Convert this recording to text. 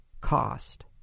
cost